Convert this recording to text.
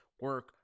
Work